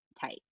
tight